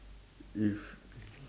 if